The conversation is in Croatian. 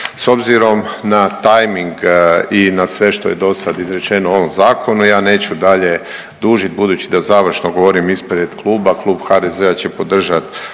S obzirom na tajming i na sve što je dosad izrečeno o ovom zakonu ja neću dalje dužit budući da završno govorim ispred kluba, Klub HDZ-a će podržat